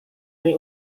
ini